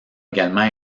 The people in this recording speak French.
également